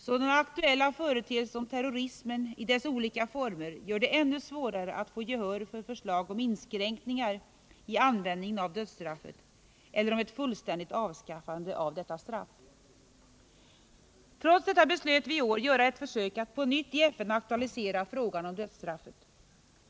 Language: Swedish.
Sådana aktuella företeelser som terrorismen i dess olika former gör det ännu svårare att få gehör för förslag om inskränkningar i användningen av dödsstraffet eller om ett fullständigt avskaffande av detta straff. Trots detta beslöt vi i år göra ett försök att på nytt i FN aktualisera frågan om dödsstraffet.